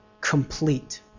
complete